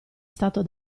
stato